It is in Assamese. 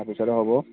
তাৰপিছতো হ'ব